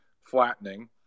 flattening